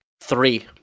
three